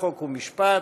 חוק ומשפט,